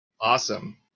Awesome